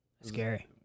scary